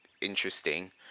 interesting